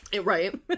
Right